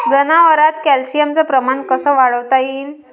जनावरात कॅल्शियमचं प्रमान कस वाढवता येईन?